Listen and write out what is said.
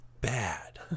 bad